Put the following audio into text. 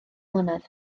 mlynedd